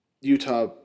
Utah